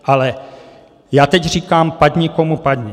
Ale já teď říkám padni komu padni.